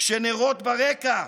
כשנרות ברקע,